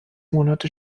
monate